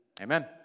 Amen